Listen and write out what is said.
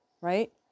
Right